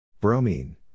bromine